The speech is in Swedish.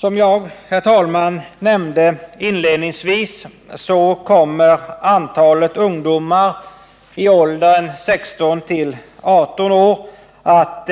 Som jag, herr talman, nämnde inledningsvis kommer antalet ungdomar i åldern 16—18 år att